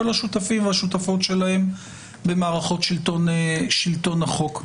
השותפים והשותפות שלהם במערכות שלטון החוק.